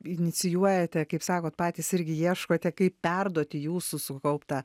inicijuojate kaip sakot patys irgi ieškote kaip perduoti jūsų sukauptą